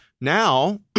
Now